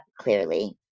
clearly